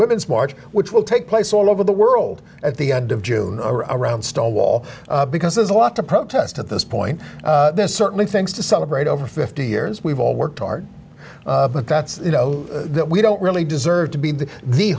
women's march which will take place all over the world at the end of june around stonewall because there's a lot to protest at this point there's certainly things to celebrate over fifty years we've all worked hard but that's you know we don't really deserve to be the